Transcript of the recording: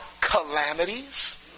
calamities